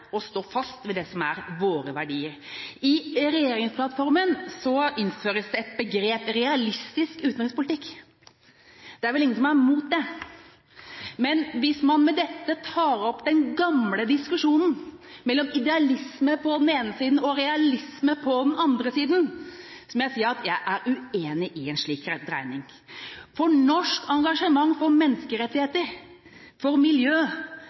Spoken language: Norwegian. og stå fast ved det som er våre verdier. I regjeringsplattformen innføres begrepet «realistisk utenrikspolitikk». Det er vel ingen som er imot det. Men hvis man med dette tar opp den gamle diskusjonen mellom idealisme på den ene siden og realisme på den andre siden, må jeg si jeg er uenig i en slik rentesregning, for norsk engasjement for menneskerettigheter, miljø,